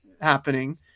happening